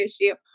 issue